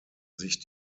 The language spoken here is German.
sich